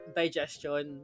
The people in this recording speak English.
digestion